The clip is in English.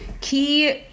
Key